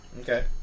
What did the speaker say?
Okay